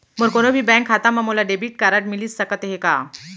मोर कोनो भी बैंक खाता मा मोला डेबिट कारड मिलिस सकत हे का?